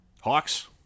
Hawks